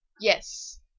Yes